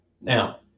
Now